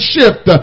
shift